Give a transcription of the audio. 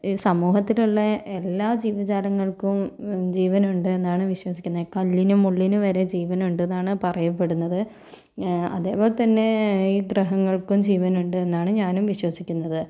സമൂഹത്തിലുള്ള എല്ലാ ജീവജാലങ്ങൾക്കും ജീവനുണ്ട് എന്നാണ് വിശ്വസിക്കുന്നത് കല്ലിനും മുള്ളിനും വരെ ജീവനുണ്ട് എന്നാണ് പറയപ്പെടുന്നത് അതേപോലെ തന്നെ ഈ ഗ്രഹങ്ങൾക്കും ജീവനുണ്ട് എന്നാണ് ഞാനും വിശ്വസിക്കുന്നത്